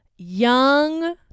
young